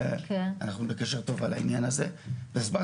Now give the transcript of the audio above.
שאנחנו בקשר טוב על העניין הזה והסברתי